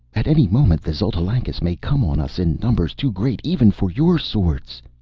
at any moment the xotalancas may come on us in numbers too great even for your swords.